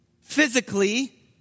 physically